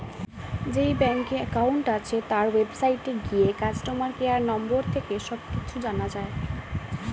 যেই ব্যাংকে অ্যাকাউন্ট আছে, তার ওয়েবসাইটে গিয়ে কাস্টমার কেয়ার নম্বর থেকে সব কিছু জানা যায়